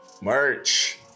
merch